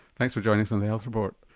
thanks for joining us on the health report.